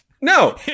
No